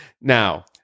now